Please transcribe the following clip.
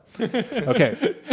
Okay